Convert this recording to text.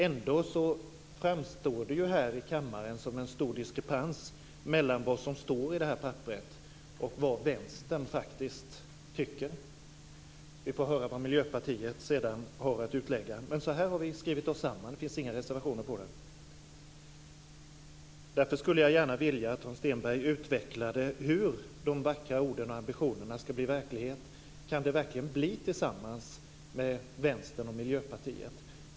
Ändå framstår det här i kammaren en stor diskrepans mellan vad som står i papperen och vad Vänstern faktiskt tycker. Vi får höra vad Miljöpartiet sedan har att utlägga. Men här har vi skrivit oss samman, det finns inga reservationer på det. Därför skulle jag gärna vilja att Hans Stenberg utvecklade hur de vackra orden och ambitionerna ska bli verklighet. Kan det verkligen bli det tillsammans med Vänstern och Miljöpartiet?